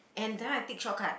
and then I take shortcut